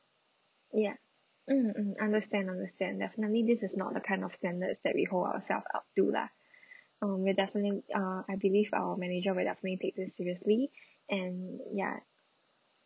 ya mm mm understand understand definitely this is not the kind of standards that we hold ourselves up to lah uh we'll definitely uh I believe our manager will definitely take this seriously and ya